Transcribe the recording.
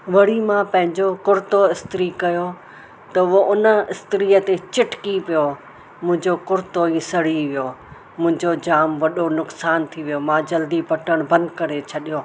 वरी मां पंहिंजो कुर्तो इस्त्री कयो त उहो उन इस्त्री ते चिटकी पियो मुंहिंजो कुर्तो ई सड़ी वियो मुंहिंजो जाम वॾो नुक़सान थी वियो मां जल्दी बटण बंदि करे छॾियो